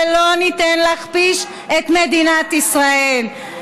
ולא ניתן להכפיש את מדינת ישראל.